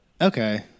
okay